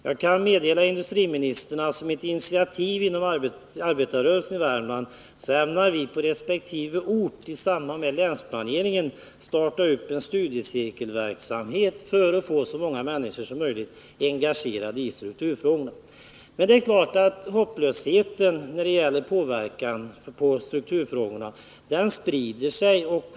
Som exempel på initiativ som har tagits kan jag nämna för industriministern att vi inom arbetarrörelsen i Värmland i samband med länsplaneringen ämnar starta en studiecirkelverksamhet på resp. ort för att få så många människor som möjligt engagerade i strukturfrågorna. Det är klart att hopplösheten inför möjligheterna till påverkan av strukturfrågorna sprider sig.